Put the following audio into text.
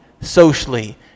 socially